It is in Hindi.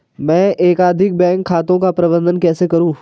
मैं एकाधिक बैंक खातों का प्रबंधन कैसे करूँ?